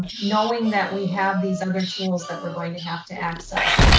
knowing that we have these other tools that we're going to have to access.